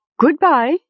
Goodbye